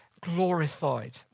glorified